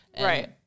Right